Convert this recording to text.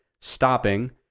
stopping